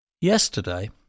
Yesterday